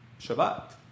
Shabbat